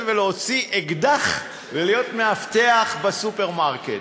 להוציא אקדח ולהיות מאבטח בסופרמרקט.